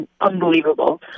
unbelievable